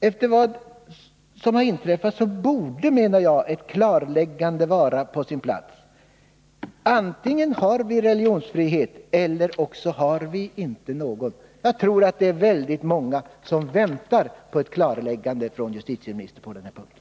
Efter vad som har inträffat borde enligt min mening ett klarläggande vara påsin plats. Antingen har vi religionsfrihet eller också har vi det inte. Jag tror att det är väldigt många som väntar på ett klarläggande från justitieministern på denna punkt.